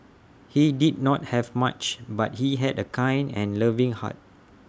he did not have much but he had A kind and loving heart